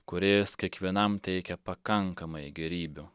kūrėjas kiekvienam teikia pakankamai gėrybių